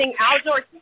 outdoor